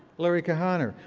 larry kahaner.